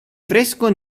fresco